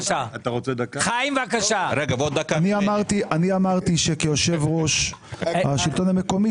אני אמרתי שכיושב ראש השלטון המקומי,